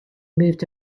moved